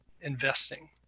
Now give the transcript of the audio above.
investing